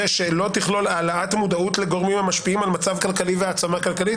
שלא תכלול העלאת מודעות לגורמים המשפיעים על מצב כלכלי והעצמה כלכלית?